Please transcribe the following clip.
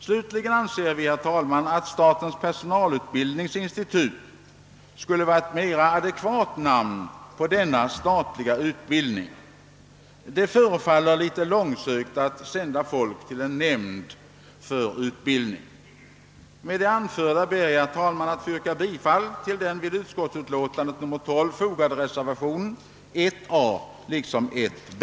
Slutligen anser vi, herr talman, att »statens personalutbildningsinstitut» skulle vara ett mer adekvat namn på ifrågavarande statliga utbildningsanstalt. Det förefaller något långsökt att sända folk till en »nämnd» för utbildning. Med det anförda ber jag att få yrka bifall till de vid statsutskottets utlåtande nr 12 fogade reservationerna 1 a och b.